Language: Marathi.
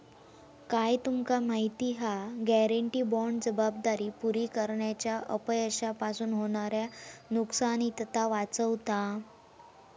काय तुमका माहिती हा? गॅरेंटी बाँड जबाबदारी पुरी करण्याच्या अपयशापासून होणाऱ्या नुकसानीतना वाचवता